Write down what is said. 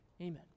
Amen